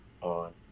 on